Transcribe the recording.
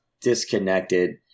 disconnected